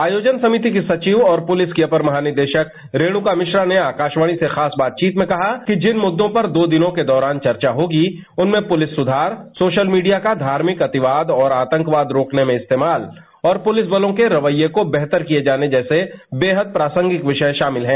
आयोजन समिति की सचिव और पुलिस की अपर महानिदेशक रेष्का मिश्रा ने आकाशवाणी से बातचीत में कहा कि जिन मुद्दों पर दो दिनों के दौरान चर्चा होगी उनमें पुलिस सुधार सोशल मीडिया का धार्मिक अतिवाद और आतंकवाद रोकने में इस्तेमाल और पुलिसबलों के रवेये को बेहतर किये जाने जैसे बेहद प्रासंगिक विषय शामिल हैं